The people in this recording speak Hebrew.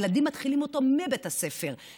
ילדים מתחילים אותו מבית הספר.